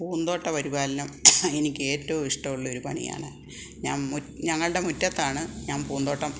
പൂന്തോട്ട പരിപാലനം എനിക്ക് ഏറ്റവും ഇഷ്ടമുള്ള ഒരു പണിയാണ് ഞാൻ മുറ്റത്ത് ഞങ്ങളുടെ മുറ്റത്താണ് ഞാൻ പൂന്തോട്ടം